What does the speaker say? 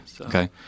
Okay